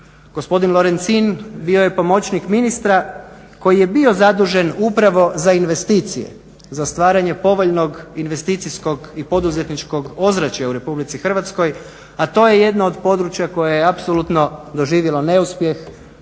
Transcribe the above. Gospodin Lorencin bio je pomoćnik ministra koji je bio zadužen upravo za investicije, za stvaranje povoljnog investicijskog i poduzetničkog ozračja u RH, a to je jedno od područja koje je apsolutno doživjelo neuspjeh.